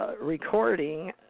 Recording